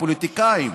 הפוליטיקאים.